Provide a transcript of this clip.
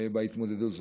בהתמודדות הזאת.